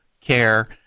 care